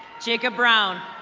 jacob brown.